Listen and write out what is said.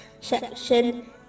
section